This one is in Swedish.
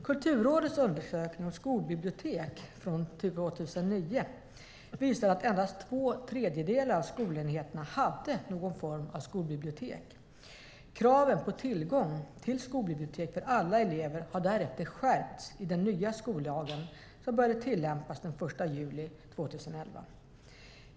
Kulturrådets undersökning om skolbibliotek ( Kulturen i siffror 2009:1 ) visade att endast två tredjedelar av skolenheterna hade någon form av skolbibliotek. Kraven på tillgång till skolbibliotek för alla elever har därefter skärpts i den nya skollagen, som började tillämpas den 1 juli 2011.